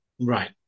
Right